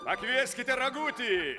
pakvieskite ragutį